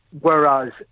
Whereas